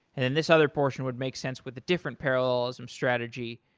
and and this other portion would make sense with the different parallelism strategy,